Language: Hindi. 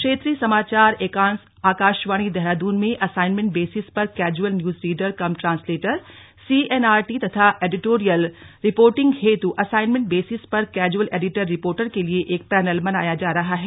क्षेत्रीय समाचार एकांश आकाशवाणी देहरादून में असाइन्मेंट बेसिस पर casual news reader cum translator CNRT तथा एडिटोरियलरिपोर्टिंग हेतु असाइन्मेंट बेसिस पर कैजुअल एडिटररिपोर्टर के लिए एक पैनल बनाया जा रहा है